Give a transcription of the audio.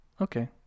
Okay